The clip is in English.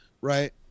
right